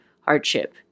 hardship